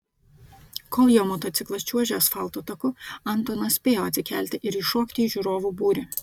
kol jo motociklas čiuožė asfalto taku antonas spėjo atsikelti ir įšokti į žiūrovų būrį